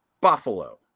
Buffalo